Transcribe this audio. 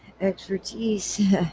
expertise